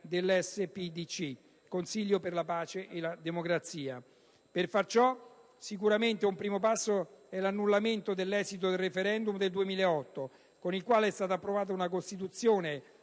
dell'SPDC (Consiglio per la pace e la democrazia). Per far ciò, sicuramente un primo passo è l'annullamento dell'esito del *referendum* del 2008, con il quale è stata approvata una Costituzione